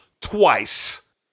twice